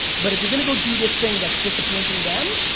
but if you're gonna go do this thing that's disappointing them,